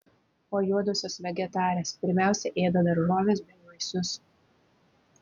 o juodosios vegetarės pirmiausia ėda daržoves bei vaisius